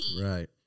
Right